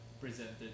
presented